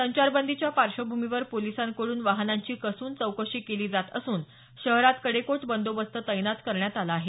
संचारबंदीच्या पार्श्वभूमीवर पोलिसांकडून वाहनांची कसून चौकशी केली जात असून शहरात कडेकोट बंदोबस्त तैनात करण्यात आला आहे